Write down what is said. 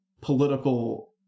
political